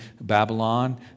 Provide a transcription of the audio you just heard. Babylon